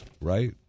right